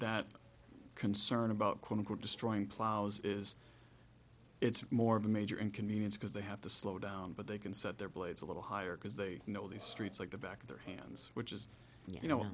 that concern about quote unquote destroying plows is it's more of a major inconvenience because they have to slow down but they can set their blades a little higher because they know these streets like the back of their hands which is you know